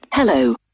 Hello